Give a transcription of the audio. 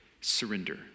surrender